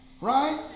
Right